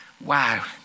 wow